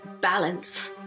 Balance